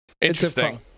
interesting